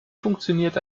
funktioniert